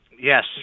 Yes